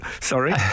Sorry